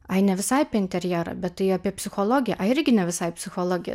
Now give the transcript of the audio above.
ai ne visai apie interjerą bet tai apie psichologiją ai irgi ne visai psichologija